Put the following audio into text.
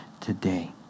today